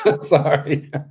Sorry